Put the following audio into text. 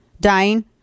dying